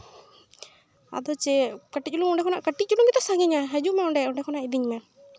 ᱟᱫᱚ ᱪᱮᱫ ᱠᱟᱹᱴᱤᱡ ᱪᱩᱞᱩᱝ ᱚᱸᱰᱮ ᱠᱷᱚᱱᱟᱜ ᱠᱟᱹᱴᱤᱡ ᱪᱩᱞᱩᱝ ᱜᱮᱛᱚ ᱥᱟᱺᱜᱤᱧᱟ ᱦᱟᱡᱩᱜ ᱢᱮ ᱚᱸᱰᱮ ᱚᱸᱰᱮ ᱠᱷᱚᱱᱟᱜ ᱤᱫᱤᱧ ᱢᱮ